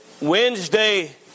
Wednesday